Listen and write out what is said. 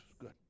good